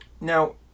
now